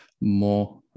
more